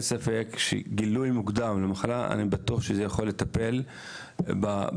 ספק שגילוי מוקדם למחלה יכול לטפל במחלה,